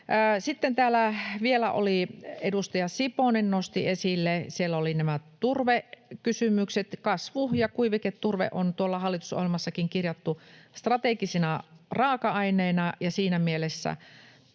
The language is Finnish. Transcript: Sitten täällä vielä edustaja Siponen nosti esille... Siellä oli nämä turvekysymykset. Kasvu- ja kuiviketurve on hallitusohjelmassakin kirjattu strategisina raaka-aineina, ja siinä mielessä